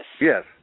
Yes